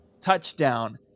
TOUCHDOWN